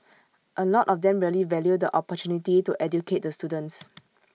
A lot of them really value the opportunity to educate the students